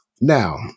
now